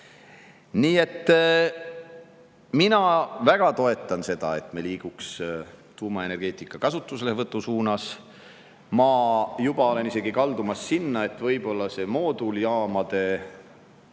Nii et mina väga toetan seda, et me liiguks tuumaenergeetika kasutuselevõtu suunas. Ma olen juba isegi kaldumas sinna, et võib-olla mooduljaamade